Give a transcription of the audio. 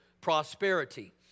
prosperity